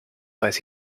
weiß